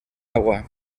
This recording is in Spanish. agua